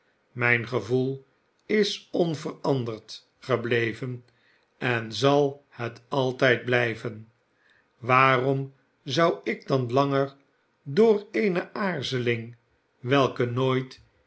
mijn gevoel is onveranderd gebleven en zal het altijd blijven waarom zou ik dan langer door eene aarzeling welke nooit